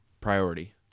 priority